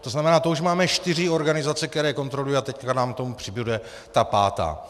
To znamená, to už máme čtyři organizace, které kontrolují, a teď nám k tomu přibude ta pátá.